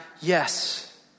Yes